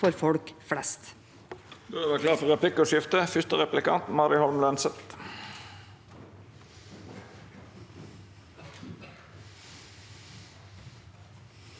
for folk flest.